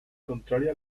contraria